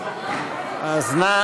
נא